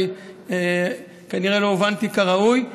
כנראה לא הובנתי כראוי.